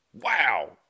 Wow